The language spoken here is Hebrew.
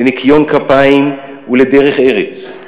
לניקיון כפיים ולדרך ארץ,